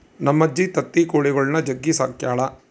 ನಮ್ಮಜ್ಜಿ ತತ್ತಿ ಕೊಳಿಗುಳ್ನ ಜಗ್ಗಿ ಸಾಕ್ಯಳ